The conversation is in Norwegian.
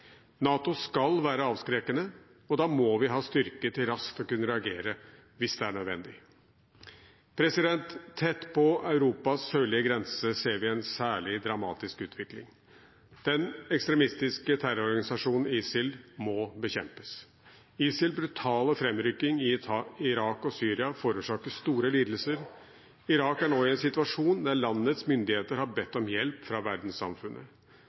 NATO skal være avskrekkende, og da må vi ha styrke til raskt å kunne reagere hvis det er nødvendig. Tett på Europas sørlige grense ser vi en særlig dramatisk utvikling. Den ekstremistiske terrororganisasjonen ISIL må bekjempes. ISILs brutale fremrykking i Irak og Syria forårsaker store lidelser. Irak er nå i en situasjon der landets myndigheter har bedt om hjelp fra verdenssamfunnet.